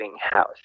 house